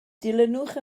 dilynwch